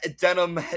denim